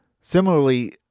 Similarly